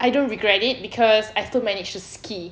I don't regret it cause I still manage to ski